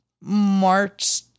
March